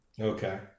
Okay